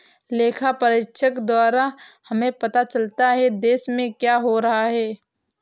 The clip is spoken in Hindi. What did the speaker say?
लेखा परीक्षक द्वारा हमें पता चलता हैं, देश में क्या हो रहा हैं?